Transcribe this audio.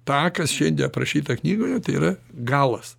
tą kas šiandie aprašyta knygoje yra galas